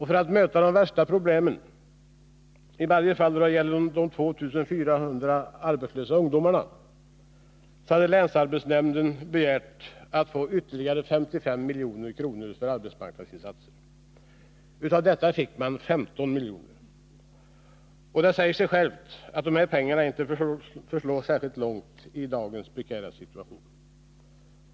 För att möta de värsta problemen — i varje fall då det gäller de 2 400 arbetslösa ungdomarna i länet — har länsarbetsnämnden begärt att få 55 milj.kr. ytterligare för arbetsmarknadsinsatser. Av detta har man bara fått 15 milj.kr. Det äger sig självt att dessa pengar inte förslår särskilt långt i dagens prekära situation.